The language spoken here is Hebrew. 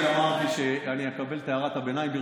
אני אמרתי שאני אקבל את הערת הביניים.